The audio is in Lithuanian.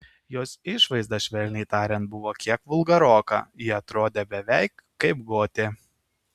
jos išvaizda švelniai tariant buvo kiek vulgaroka ji atrodė beveik kaip gotė